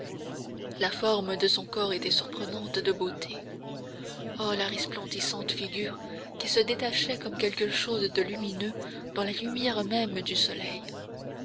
la forme de son corps était surprenante de beauté oh la resplendissante figure qui se détachait comme quelque chose de lumineux dans la lumière même du soleil